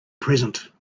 present